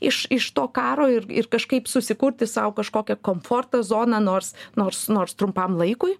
iš iš to karo ir ir kažkaip susikurti sau kažkokią komforto zoną nors nors nors trumpam laikui